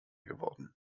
geworden